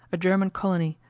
a german colony,